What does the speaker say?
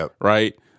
right